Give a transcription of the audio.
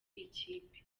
ikipe